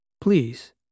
Please